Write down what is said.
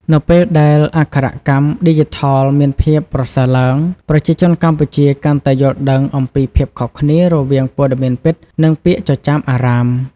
នៅពេលដែលអក្ខរកម្មឌីជីថលមានភាពប្រសើរឡើង ប្រជាជនកម្ពុជាកាន់តែយល់ដឹងអំពីភាពខុសគ្នារវាងព័ត៌មានពិត និងពាក្យចចាមអារ៉ាម។